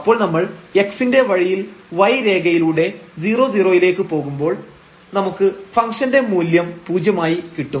അപ്പോൾ നമ്മൾ x ന്റെ വഴിയിൽ y രേഖയിലൂടെ 00 യിലേക്ക് പോകുമ്പോൾ നമുക്ക് ഫംഗ്ഷൻറെ മൂല്യം പൂജ്യമായി കിട്ടും